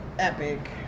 Epic